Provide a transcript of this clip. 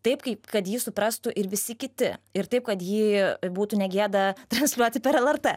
taip kaip kad jį suprastų ir visi kiti ir taip kad jį būtų negėda transliuoti per lrt